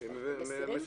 מסירים?